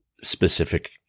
specific